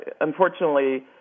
unfortunately